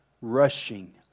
rushing